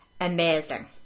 amazing